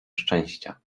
szczęścia